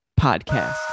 podcast